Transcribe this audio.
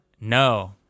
No